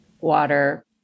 water